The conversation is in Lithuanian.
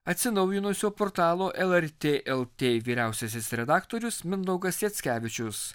atsinaujinusio portalo lrt lt vyriausiasis redaktorius mindaugas jackevičius